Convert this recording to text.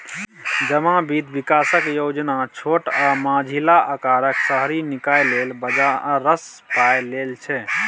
जमा बित्त बिकासक योजना छोट आ मँझिला अकारक शहरी निकाय लेल बजारसँ पाइ लेल छै